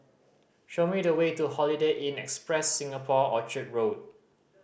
show me the way to Holiday Inn Express Singapore Orchard Road